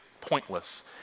pointless